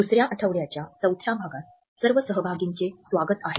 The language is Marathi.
दुसर्या आठवड्याच्या चौथ्या भागात सर्व सहभागींचे स्वागत आहे